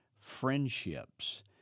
friendships